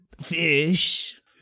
Fish